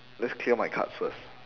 let's clear my cards first